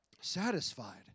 Satisfied